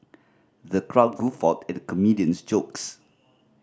the crowd guffawed at the comedian's jokes